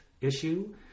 issue